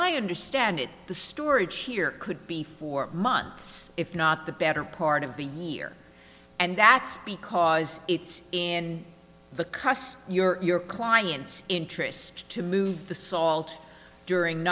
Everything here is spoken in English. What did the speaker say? i understand it the storage here could be for months if not the better part of the year and that's because it's in the crust your client's interest to move the salt during